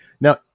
Now